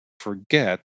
forget